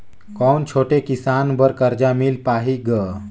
कौन छोटे किसान बर कर्जा मिल पाही ग?